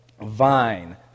Vine